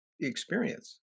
experience